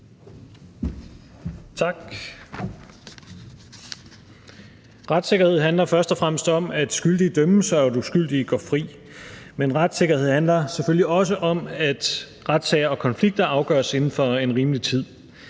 Retssikkerhed handler først og fremmest om, at skyldige dømmes, og at uskyldige går fri, men retssikkerhed handler selvfølgelig også om, at retssager og konflikter afgøres inden for en rimelig tid,